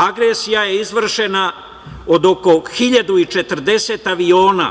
Agresija je izvršena od oko 1.040 aviona